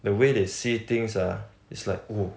the way they see things ah it's like oh